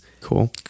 Cool